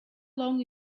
long